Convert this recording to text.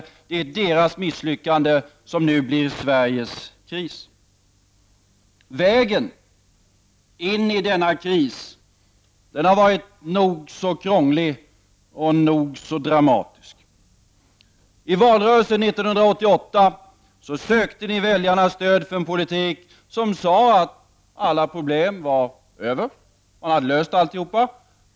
Det är deras misslyckande, som nu blir Sveriges kris. Vägen in i denna kris har varit nog så krånglig och dramatisk. I valrörelsen 1988 sökte ni väljarnas stöd för en politik som sade att alla problem var över. Man hade löst alltihop.